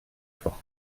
forte